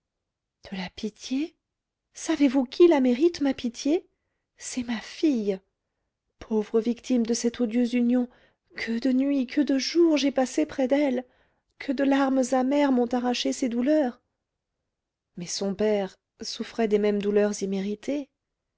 de la pitié savez-vous qui la mérite ma pitié c'est ma fille pauvre victime de cette odieuse union que de nuits que de jours j'ai passés près d'elle que de larmes amères m'ont arrachées ses douleurs mais son père souffrait des mêmes douleurs imméritées